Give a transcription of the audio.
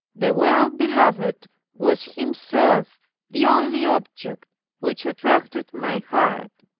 the well-beloved was himself the only object which attracted my heart.